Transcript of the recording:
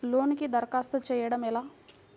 లోనుకి దరఖాస్తు చేయడము ఎలా?